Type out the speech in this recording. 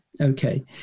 okay